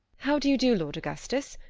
how do you do, lord augustus?